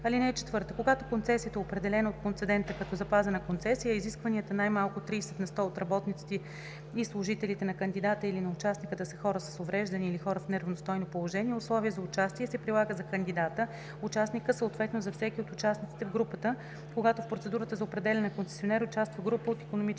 дейност. (4) Когато концесията е определена от концедента като запазена концесия, изискването най-малко 30 на сто от работниците и служителите на кандидата или на участника да са хора с увреждания или хора в неравностойно положение е условие за участие и се прилага за кандидата, участника, съответно за всеки от участниците в групата, когато в процедурата за определяне на концесионер участва група от икономически